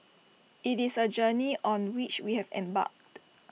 IT is A journey on which we have embarked